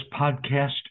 podcast